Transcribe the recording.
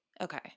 okay